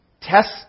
Test